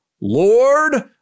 Lord